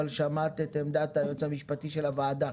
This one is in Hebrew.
אבל שמעת את עמדת היועץ המשפטי של הוועדה.